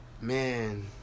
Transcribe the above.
man